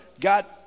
got